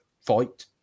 fight